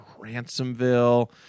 Ransomville